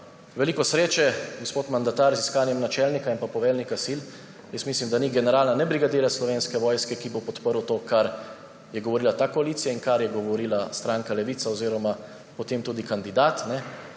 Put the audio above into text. Veliko sreče, gospod mandatar, z iskanjem načelnika in poveljnika sil. Mislim, da ni generala ne brigadirja Slovenske vojske, ki bo podprl to, kar je govorila ta koalicija in kar je govorila stranka Levica oziroma potem tudi kandidat.